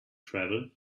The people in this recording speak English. travel